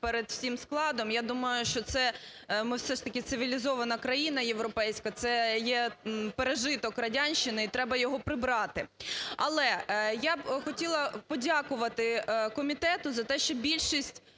перед всім складом. Я думаю, що ми все ж таки цивілізована країна європейська, це є пережитокрадянщини і треба його прибрати. Але я б хотіла подякувати комітету за те, що більшість